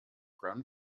grown